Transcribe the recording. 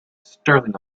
sterling